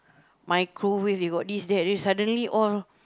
microwave they got this that then suddenly all